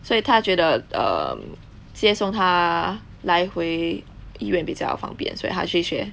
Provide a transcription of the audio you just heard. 所以她觉得 um 接送他来回医院比较方便所以她去学